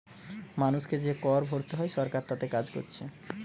মানুষকে যে কর ভোরতে হয় সরকার তাতে কাজ কোরছে